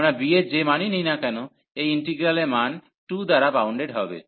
আমরা b এর যে মানই নিই না কেন এই ইন্টিগ্রালের মান 2 দ্বারা বাউন্ড হবে